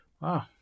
Wow